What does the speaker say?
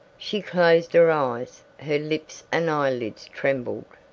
she closed her eyes her lips and eyelids trembled.